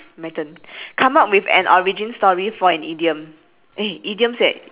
my turn come up with an origin story for an idiom eh idioms eh